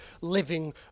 living